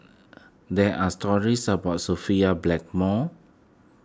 there are stories about Sophia Blackmore